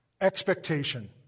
Expectation